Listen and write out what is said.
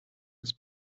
his